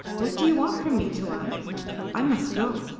what do you want from me, tuan? i must go.